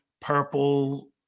purple